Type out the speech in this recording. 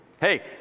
Hey